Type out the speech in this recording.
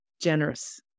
generous